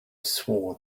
swore